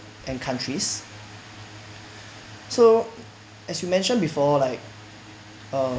and countries so as you mentioned before like um